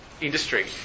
industry